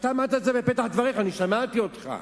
אמרת את זה בפתח דבריך, שמעתי אותך.